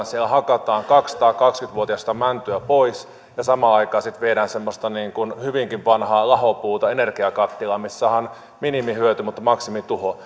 siellä hakataan kaksisataakaksikymmentä vuotiasta mäntyä pois ja samaan aikaan sitten viedään semmoista niin kuin hyvinkin vanhaa lahopuuta energiakattilaan mistä saadaan minimihyöty mutta maksimituho